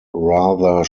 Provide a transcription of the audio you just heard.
rather